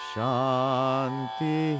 Shanti